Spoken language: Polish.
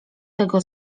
tego